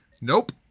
Nope